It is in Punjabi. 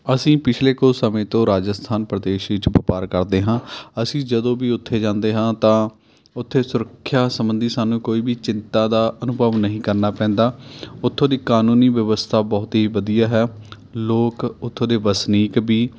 ਅਸੀਂ ਪਿਛਲੇ ਕੁਛ ਸਮੇਂ ਤੋਂ ਰਾਜਸਥਾਨ ਪ੍ਰਦੇਸ਼ ਵਿੱਚ ਵਪਾਰ ਕਰਦੇ ਹਾਂ ਅਸੀਂ ਜਦੋਂ ਵੀ ਉੱਥੇ ਜਾਂਦੇ ਹਾਂ ਤਾਂ ਉੱਥੇ ਸੁਰੱਖਿਆ ਸੰਬੰਧੀ ਸਾਨੂੰ ਕੋਈ ਵੀ ਚਿੰਤਾ ਦਾ ਅਨੁਭਵ ਨਹੀਂ ਕਰਨਾ ਪੈਂਦਾ ਉੱਥੋਂ ਦੀ ਕਾਨੂੰਨੀ ਵਿਵਸਥਾ ਬਹੁਤ ਹੀ ਵਧੀਆ ਹੈ ਲੋਕ ਉੱਥੋਂ ਦੇ ਵਸਨੀਕ ਵੀ